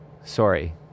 sorry